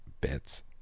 bits